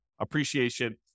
appreciation